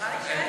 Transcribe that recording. אין כאן שר.